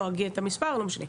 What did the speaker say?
לא אגיד את המספר לא משנה.